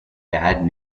bad